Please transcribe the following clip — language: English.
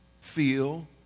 feel